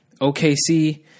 OKC